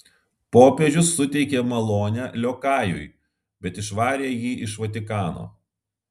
popiežius suteikė malonę liokajui bet išvarė jį iš vatikano